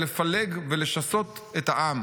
לפלג ולשסות את העם